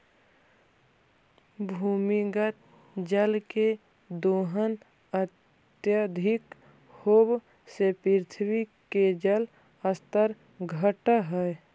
भूमिगत जल के दोहन अत्यधिक होवऽ से पृथ्वी के जल स्तर घटऽ हई